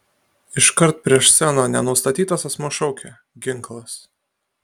iškart prieš sceną nenustatytas asmuo šaukė ginklas